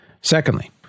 Secondly